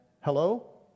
Hello